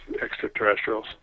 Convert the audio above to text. extraterrestrials